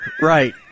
Right